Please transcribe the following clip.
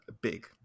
big